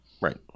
Right